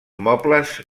mobles